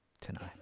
tonight